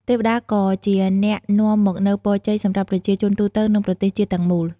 ទេវតាក៏ជាអ្នកនាំមកនូវពរជ័យសម្រាប់ប្រជាជនទូទៅ និងប្រទេសជាតិទាំងមូល។